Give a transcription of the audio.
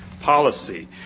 policy